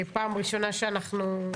פעם ראשונה שיש